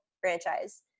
franchise